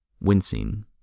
wincing